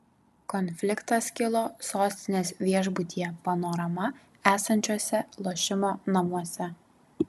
konfliktas kilo sostinės viešbutyje panorama esančiuose lošimo namuose